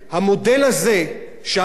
שהכול זה רווח והפסד,